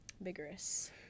vigorous